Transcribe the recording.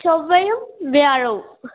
ചൊവ്വയും വ്യാഴവും